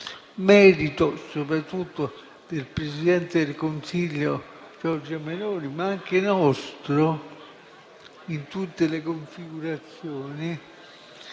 merito soprattutto del presidente del Consiglio Giorgia Meloni, ma anche nostro in tutte le configurazioni,